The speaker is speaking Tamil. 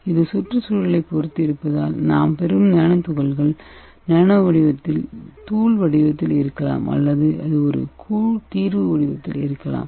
இது சுற்றுச்சூழலைப் பொறுத்து இருப்பதால் நாம் பெறும் துகள்கள் நானோ தூள் வடிவத்தில் இருக்கலாம் அல்லது அது ஒரு கூழ் தீர்வு வடிவத்தில் இருக்கலாம்